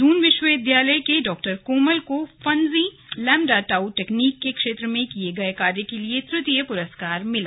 दून विश्वविद्यालय के डॉ कोमल को फंजी लैम्डा टाउ टेक्नीक के क्षेत्र में किये गये कार्य के लिए तृतीय पुरस्कार मिला